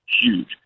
huge